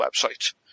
website